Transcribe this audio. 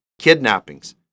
kidnappings